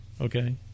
Okay